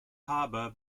harbour